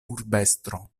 urbestro